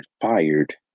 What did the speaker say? fired